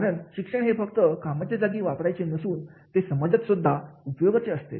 कारण शिक्षण हे फक्त कामाच्या जागी वापरायचे नसून ते समाजात सुद्धा उपयोगाचे असते